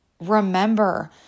remember